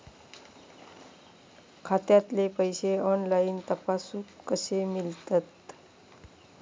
खात्यातले पैसे ऑनलाइन तपासुक कशे मेलतत?